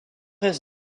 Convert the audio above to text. est